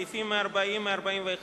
סעיפים 140 141,